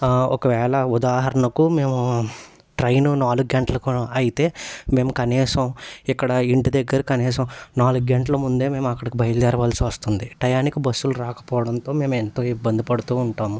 ఒకవేళ ఉదాహరణకు మేము ట్రైన్ నాలుగు గంటలకు అయితే మేము కనీసం ఇక్కడ ఇంటి దగ్గర కనీసం నాలుగు గంటలు ముందే అక్కడ బయలుదేరవల్సి వస్తుంది టయానికి బస్సులు రాకపోవడంతో మేము ఎంతో ఇబ్బంది పడుతూ ఉంటాము